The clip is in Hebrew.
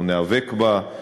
אנחנו ניאבק בה,